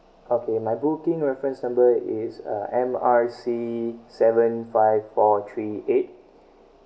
okay my booking reference number is uh M R C seven five four three eight